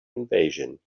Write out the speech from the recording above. invasion